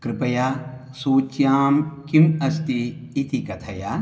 कृपया सूच्यां किम् अस्ति इति कथय